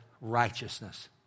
righteousness